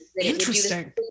interesting